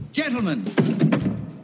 Gentlemen